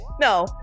No